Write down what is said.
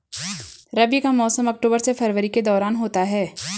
रबी का मौसम अक्टूबर से फरवरी के दौरान होता है